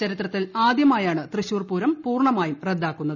ചരിത്രത്തിലാദ്യമായാണ് തൃശൂർപൂരം പൂർണ്ണമായും റദ്ദാക്കുന്നത്